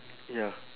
ya